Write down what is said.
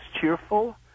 cheerful